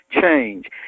change